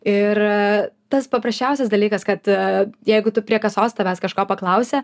ir tas paprasčiausias dalykas kad jeigu tu prie kasos tavęs kažko paklausia